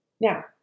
now